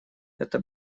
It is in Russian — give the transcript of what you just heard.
это